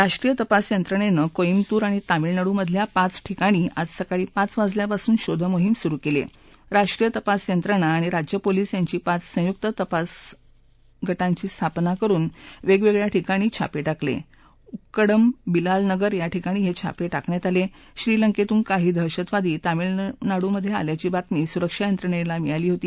राष्ट्रीय तपास यंत्रणप्त कोईम्बतूर आणि तामिळनाडूमधल्या पाच ठिकाणी आज सकाळी पाच वाजल्यापासून शोध मोहीम सुरु कल्वी आह ज्ञाष्ट्रीय तपास यंत्रणा आणि राज्य पोलिस यांची पाच संयुक्त तपास गटांची स्थापना करुन वविविक्रिया ठिकाणी छापत्रिकल उक्कडम बिलालनगर या ठिकाणी हछापठिकण्यात आला औलंक्मधून काही दहशतवादी तामिळनाडूमध् आल्याची बातमी सुरक्षा यंत्रणछी मिळाली होती